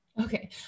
Okay